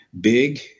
Big